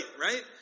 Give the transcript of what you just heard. right